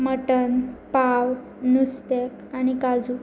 mutton पाव नुस्तेंक आनी काजू